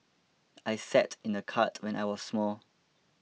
I sat in a cart when I was small